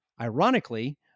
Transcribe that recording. Ironically